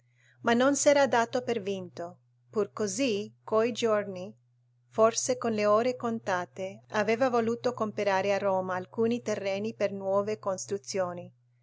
ma non s'era dato per vinto pur così coi giorni forse con le ore contate aveva voluto comperare a roma alcuni terreni per nuove costruzioni